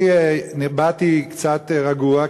אני באתי קצת רגוע,